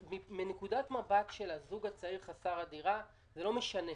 מנקודת מבט של הזוג הצעיר חסר הדירה זה לא משנה.